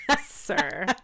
sir